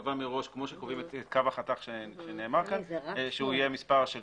שייקבע מראש כמו שקובעים את קו החותך כפי שנאמר כאן שהוא יהיה מספר של